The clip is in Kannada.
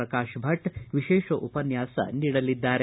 ಪ್ರಕಾಶ್ ಭಟ್ ವಿಶೇಷ ಉಪನ್ಯಾಸ ನೀಡಲಿದ್ದಾರೆ